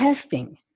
testing